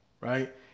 right